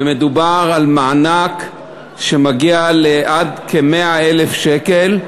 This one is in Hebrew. ומדובר על מענק שמגיע לעד כ-100,000 שקל.